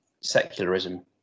secularism